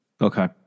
Okay